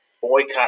boycott